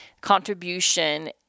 contribution